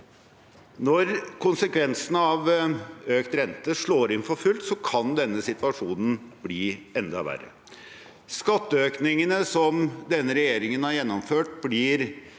Når konsekvensene av økt rente slår inn for fullt, kan denne situasjonen bli enda verre. Skatteøkningene som denne regjeringen har gjennomført,